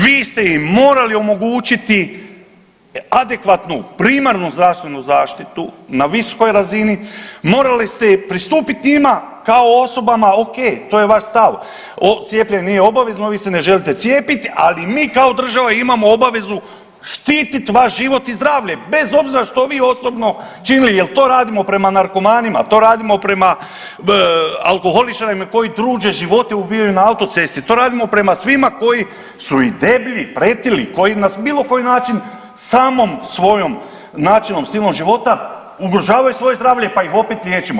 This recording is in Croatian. Vi ste im morali omogućiti adekvatnu primarnu zdravstvenu zaštitu na visokoj razini, morali pristupiti njima kao osobama, ok, to je vaš stav, cijepljenje nije obavezno, vi se ne želite cijepiti, ali mi kao država imamo obavezu štiti vaš život i zdravlje bez obzira što vi osobno činili jer to radimo prema narkomanima, to radimo prema alkoholičarima koji tuđe živote ubijaju na autocesti, to radimo prema svima koji su i deblji, pretili koji nas na bilo koji način samom svojom načinom, stilom života ugrožavaju svoje zdravlje pa ih opet liječimo.